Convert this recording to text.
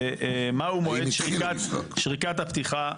מהו מועד שריקת הפתיחה.